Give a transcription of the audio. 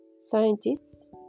Scientists